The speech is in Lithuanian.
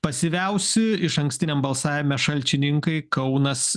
pasyviausi išankstiniam balsavime šalčininkai kaunas